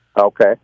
Okay